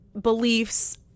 beliefs